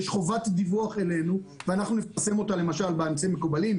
יש חובת דיווח אלינו ואנחנו נפרסם אותה באמצעים המקובלים,